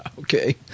okay